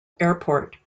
airport